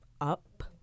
up